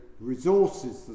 resources